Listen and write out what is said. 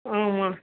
ஆமாம்